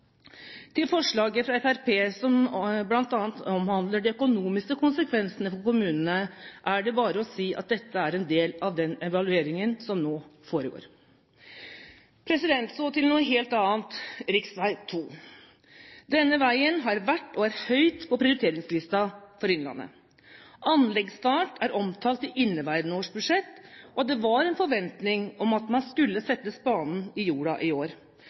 Til forslaget fra Fremskrittspartiet som bl.a. omhandler de økonomiske konsekvensene for kommunene, er det bare å si at dette er en del av den evalueringen som nå foregår. Så til noe helt annet: rv. 2. Denne veien har vært og er høyt på prioriteringslisten for innlandet. Anleggsstart er omtalt i inneværende års budsjett, og det var en forventning om at man skulle ha spaden i jorden i år.